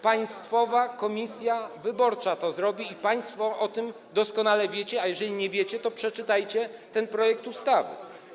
Państwowa Komisja Wyborcza to zrobi i państwo o tym doskonale wiecie, a jeżeli nie wiecie, to przeczytajcie ten projekt ustawy.